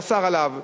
לשר שעליו,